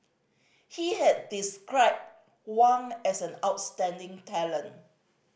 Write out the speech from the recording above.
he had described Wang as an outstanding talent